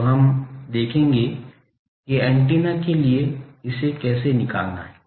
तो अब हम देखते हैं कि एंटीना के लिए इसे कैसे निकालना है